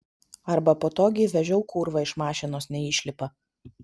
arba po to gi vežiau kurva iš mašinos neišlipa